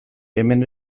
hemen